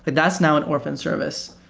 but that's now an orphan service.